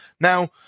Now